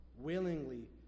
Willingly